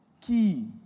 key